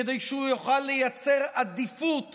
כדי שהוא יוכל לייצר עדיפות